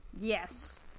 Yes